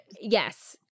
Yes